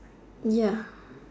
ya